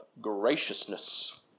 graciousness